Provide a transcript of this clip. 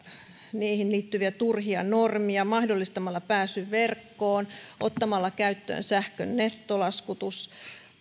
niihin liittyviä turhia normeja mahdollistamalla pääsy verkkoon ottamalla käyttöön sähkön nettolaskutus